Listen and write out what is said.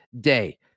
day